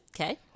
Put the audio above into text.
Okay